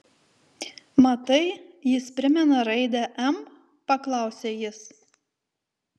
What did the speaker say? matai jis primena raidę m paklausė jis